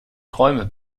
träume